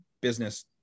business